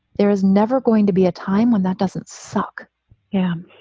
there is never going to be a time when that doesn't suck yeah.